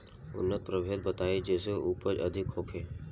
उन्नत प्रभेद बताई जेसे उपज अधिक होखे?